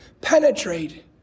Penetrate